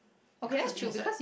because the thing is that